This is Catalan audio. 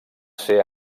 ser